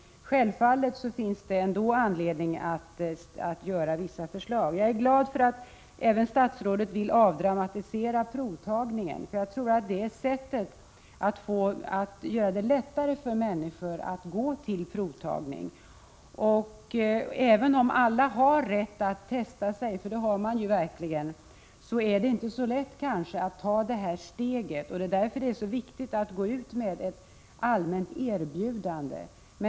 Självfallet finns det ändå anledning att ta fram särskilda förslag. Jag är glad över att även statsrådet vill avdramatisera provtagningen. Det är det rätta sättet att göra det lättare för människor att gå till provtagning. Även om alla har rätt att testa sig är det inte så lätt att ta detta steg, och det är därför viktigt att det ges ett allmänt erbjudande.